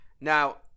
Now